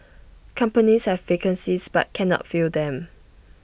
companies have vacancies but cannot fill them